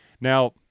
Now